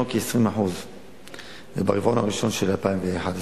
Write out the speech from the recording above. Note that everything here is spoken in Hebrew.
שהוא כ-20% ברבעון הראשון של 2011,